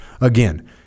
Again